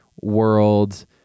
world